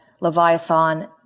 Leviathan